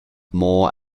more